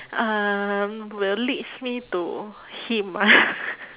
um will leads me to him ah